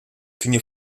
tinha